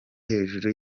hejuru